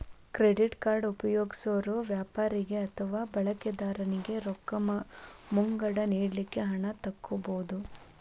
credit card ಉಪಯೊಗ್ಸೊರು ವ್ಯಾಪಾರಿಗೆ ಅಥವಾ ಬಳಕಿದಾರನಿಗೆ ರೊಕ್ಕ ಮುಂಗಡ ನೇಡಲಿಕ್ಕೆ ಹಣ ತಕ್ಕೊಬಹುದು